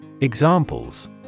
Examples